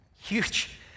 huge